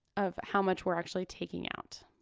of how much we're actually taking out.